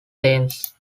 thames